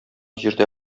җирдә